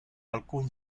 alcun